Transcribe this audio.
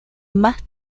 más